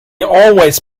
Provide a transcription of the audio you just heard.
always